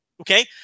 okay